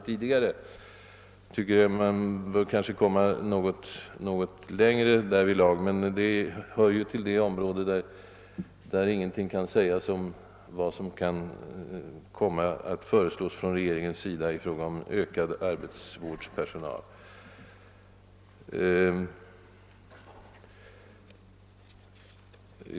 Jag tycker att en sådan bedömningsprincip i fråga om personaltillskottet inte är särskilt tillfredsställande. Man borde försöka komma något.längre därvidlag, men det hör ju till det område, där ännu ingenting kan sägas om vad regeringen kan komma att föreslå i fråga om personalökningar.